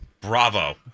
Bravo